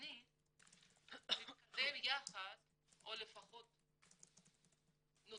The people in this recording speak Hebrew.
רבני מתקדם יחד או לפחות נותן,